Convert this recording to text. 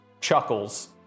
chuckles